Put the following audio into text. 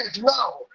now